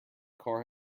car